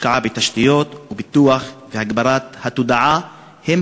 השקעה בתשתיות ופיתוח והגברת התודעה הם